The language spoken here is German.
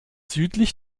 südlich